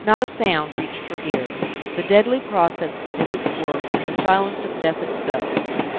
not a sound reached her ear the deadly process did its work in the silence of death itself.